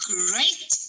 great